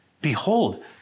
behold